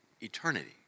eternity